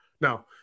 Now